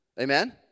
Amen